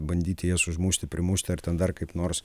bandyti jas užmušti primušti ar ten dar kaip nors